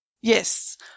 Yes